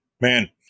Man